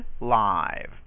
live